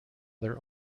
their